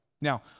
Now